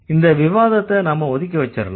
இந்த விவாதத்தை நாம் ஒதுக்கி வெச்சுரலாம்